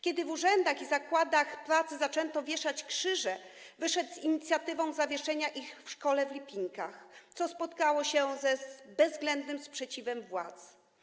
Kiedy w urzędach i zakładach pracy zaczęto wieszać krzyże, wyszedł z inicjatywą zawieszenia ich w szkole w Lipinkach, co spotkało się z bezwzględnym sprzeciwem władz.